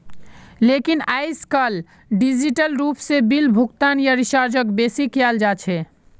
लेकिन आयेजकल डिजिटल रूप से बिल भुगतान या रीचार्जक बेसि कियाल जा छे